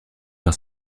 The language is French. par